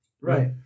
Right